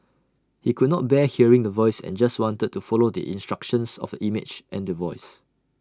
he could not bear hearing The Voice and just wanted to follow the instructions of A image and The Voice